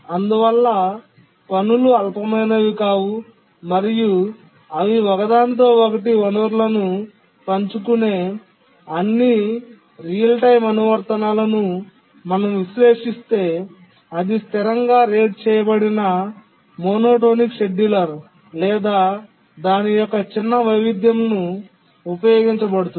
అందువల్ల పనులు అల్పమైనవి కావు మరియు అవి ఒకదానితో ఒకటి వనరులను పంచుకునే అన్ని నిజ సమయ అనువర్తనాలను మనం విశ్లేషిస్తే అది స్థిరంగా రేట్ చేయబడిన మోనోటోనిక్ షెడ్యూలర్ లేదా దాని యొక్క చిన్న వైవిధ్యం ను ఉపయోగించబడుతుంది